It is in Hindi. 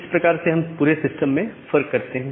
इस प्रकार से हम पूरे सिस्टम में फर्क करते हैं